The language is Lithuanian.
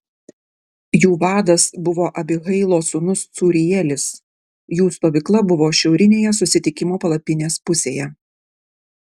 jų vadas buvo abihailo sūnus cūrielis jų stovykla buvo šiaurinėje susitikimo palapinės pusėje